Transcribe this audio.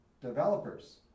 developers